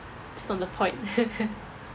that's not the point